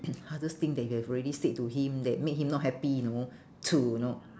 hardest thing that you have already said to him that made him not happy you know to you know